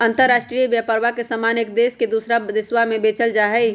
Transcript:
अंतराष्ट्रीय व्यापरवा में समान एक देश से दूसरा देशवा में बेचल जाहई